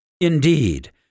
Indeed